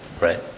Right